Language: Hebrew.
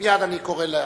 אני מייד קורא לך.